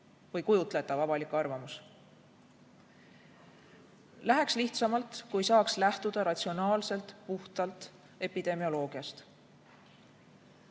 või kujutletav avalik arvamus. Läheks lihtsamalt, kui saaks lähtuda ratsionaalselt, puhtalt epidemioloogiast.